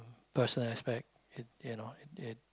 personal aspect it you know it